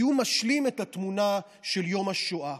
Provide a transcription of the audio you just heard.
כי הוא משלים את התמונה של יום השואה.